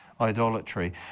idolatry